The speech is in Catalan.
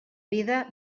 vida